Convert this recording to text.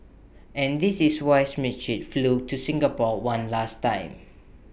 and this is why Schmidt flew to Singapore one last time